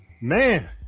Man